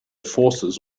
forces